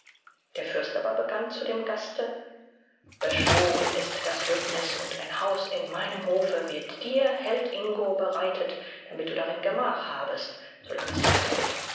der fürst aber begann zu dem gaste beschworen ist das bündnis und ein haus in meinem hofe wird dir held ingo bereitet damit du darin gemach habest solange es dir gefällt